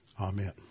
Amen